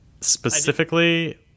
specifically